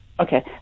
Okay